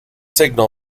signal